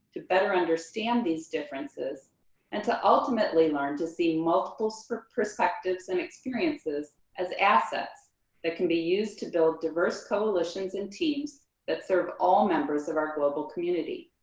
to better understand these differences and to ultimately learn to see multiple so perspectives and experiences as assets that can be used to build diverse coalitions and teams that serve all members of our global community.